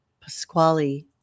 Pasquale